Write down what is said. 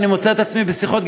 אני מוצא את עצמי בשיחות,